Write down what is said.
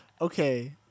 Okay